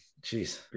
Jeez